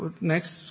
next